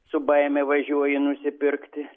su baime važiuoji nusipirkti